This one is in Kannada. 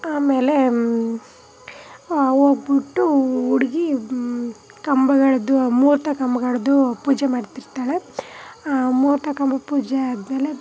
ಆಮೇಲೆ ಹೋಗ್ಬಿಟ್ಟು ಹುಡ್ಗಿ ಕಂಬಗಳದ್ದು ಮುಹೂರ್ತ ಕಂಬಗಳ್ದು ಪೂಜೆ ಮಾಡ್ತಿರ್ತಾಳೆ ಮುಹೂರ್ತ ಕಂಬಕ್ಕೆ ಪೂಜೆ ಆದ್ಮೇಲೆ